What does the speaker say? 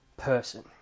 person